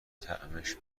طعمش